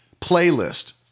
Playlist